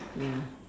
ya